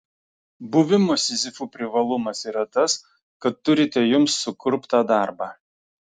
buvimo sizifu privalumas yra tas kad turite jums sukurptą darbą